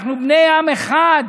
אנחנו בני עם אחד,